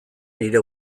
nire